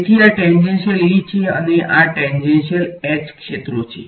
તેથી આ tangential E છે અને આ ટેંજેંશીયલ H ક્ષેત્રો છે